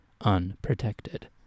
unprotected